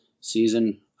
season